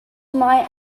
might